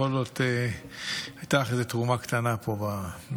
בכל זאת הייתה לך איזו תרומה קטנה פה במפלגה.